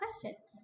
questions